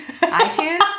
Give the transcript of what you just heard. iTunes